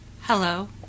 Hello